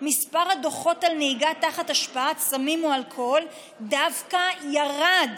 מספר הדוחות על נהיגה תחת השפעת סמים או אלכוהול דווקא ירד